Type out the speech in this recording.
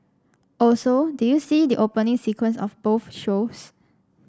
also did you see the opening sequence of both shows